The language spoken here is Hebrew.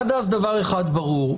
עד אז דבר אחד ברור.